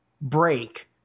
break